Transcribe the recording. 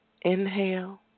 Inhale